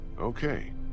Okay